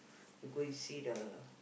you go and see the